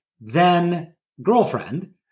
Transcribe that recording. then-girlfriend